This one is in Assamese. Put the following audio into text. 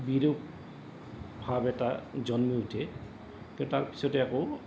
বিৰূপ ভাৱ এটা জন্মি উঠে কিন্ত তাৰ পিছতে আকৌ